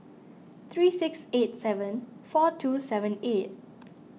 three six eight seven four two seven eight